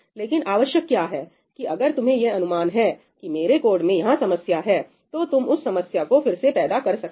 लेकिन आवश्यक क्या है कि अगर तुम्हें यह अनुमान है कि मेरे कोड में यहां समस्या है तो तुम उस समस्या को फिर से पैदा कर सकते हो